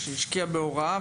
שהשקיע בהוראה,